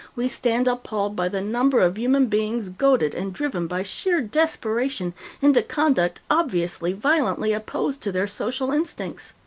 we stand appalled by the number of human beings goaded and driven by sheer desperation into conduct obviously violently opposed to their social instincts.